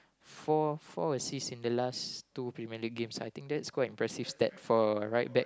four four assists in the last two Premier League games I think that's quite impressive step for a right back